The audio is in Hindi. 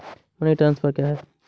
मनी ट्रांसफर क्या है?